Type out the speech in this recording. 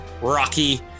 rocky